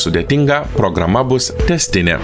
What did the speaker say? sudėtinga programa bus tęstinė